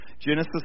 Genesis